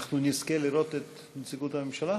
נשמע את חברי הכנסת עפר שלח ומיכל רוזין.